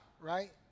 right